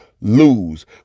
lose